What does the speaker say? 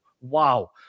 Wow